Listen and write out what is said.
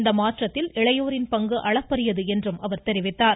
இந்த மாற்றத்தில் இளையோரின் பங்கு அளப்பரியது என்றார்